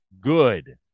good